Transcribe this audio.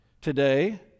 today